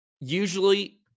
Usually